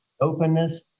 openness